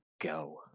go